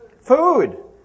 Food